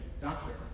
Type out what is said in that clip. doctor